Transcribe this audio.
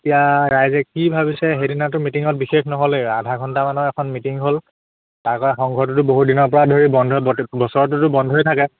এতিয়া ৰাইজে কি ভাবিছে সেইদিনাটো মিটিঙত বিশেষ নহ'লেই আধা ঘণ্টামানৰ এখন মিটিং হ'ল তাৰপৰা সংঘটোতো বহু দিনৰপৰা ধৰি বন্ধ প্ৰত্যেক বছৰটোতো বন্ধই থাকে